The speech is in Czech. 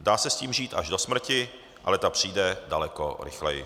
Dá se s tím žít až do smrti, ale ta přijde daleko rychleji.